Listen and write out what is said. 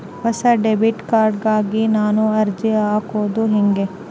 ಹೊಸ debit card ಗಾಗಿ ನಾನು ಅರ್ಜಿ ಹಾಕೊದು ಹೆಂಗ?